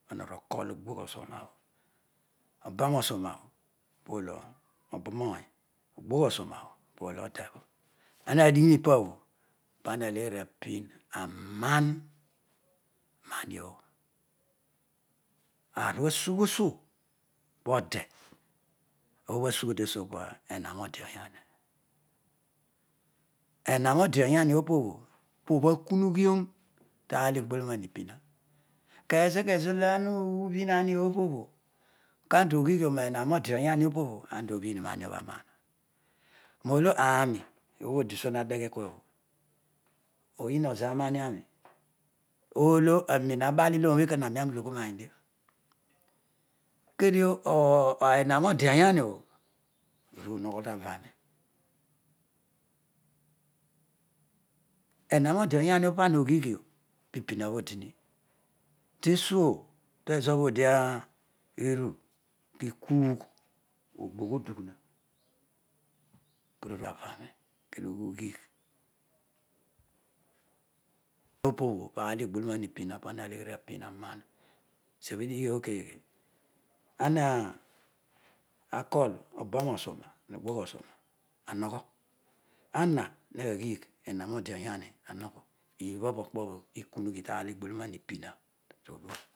Ana olukol ogbogh osuroo bho obunosuma polo abap ony, ogbogh osumabho polo adebho ana digh roipabho paia na leer abin anan paniobho aar olo asneghe enan ode oyariopobho pobho akwu ghoro taan olo ughol ipina kazokazo olo ana ubhin amopobho kan dokighiro renaro odeoyam opobho pan do bhin mo rooyamopobho aram roolo aaroi obhodi suo hadeghe kuabho onyi ozaroari aroi olo aroem abal iloroobho aaroi eko iloyghomaridio kedio enan odeoyariobho enan odeoyami obho kana okighighio pipmabho odini tesuo tezobho eedi rar iru kukumogh obagh odughuha opobho po aar oloigho man ibima opobho pa ma naleerapina man suobho idighobho keeghe ana akoll obaro osoma noghogh osoma anogho ana naghigh enamode oyani anogho ibhabho pokpobho ikunugbi taar olo igbotoroah ipina